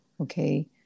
Okay